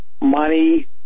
money